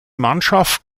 mannschaft